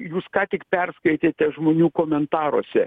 jūs ką tik perskaitėte žmonių komentaruose